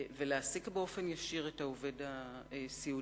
ולהעסיק באופן ישיר את העובד הסיעודי,